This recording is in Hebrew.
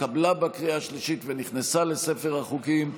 התקבלה בקריאה השלישית ונכנסה לספר החוקים.